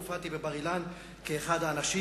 הופעתי בבר-אילן כאחד האנשים,